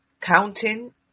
counting